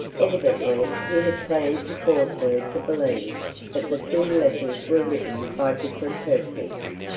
evidently he had planned to cause her to believe that the two letters were written by different persons,